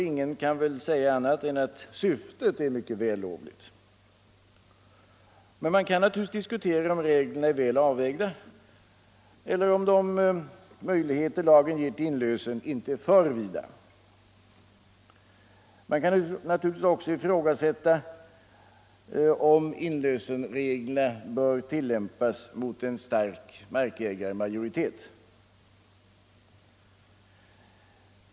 Ingen kan väl säga annat än att syftet är mycket vällovligt. Men man kan naturligtvis diskutera om reglerna är väl avvägda eller om inte de möjligheter lagen ger till inlösen är för vida. Man kan givetvis också ifrågasätta om inlösenreglerna bör tillämpas mot en stark markägarmajoritet.